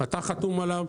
אתה חתום עליו,